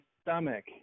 stomach